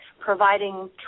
providing